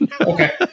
Okay